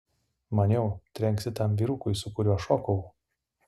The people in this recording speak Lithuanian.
maniau trenksi tam vyrukui su kuriuo šokau